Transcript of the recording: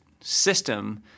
system